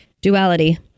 Duality